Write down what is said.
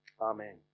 amen